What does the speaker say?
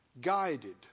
guided